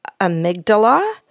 amygdala